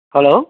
hello